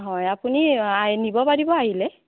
হয় আপুনি নিব পাৰিব আহিলে